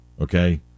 Okay